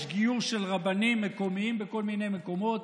יש גיור של רבנים מקומיים בכל מיני מקומות,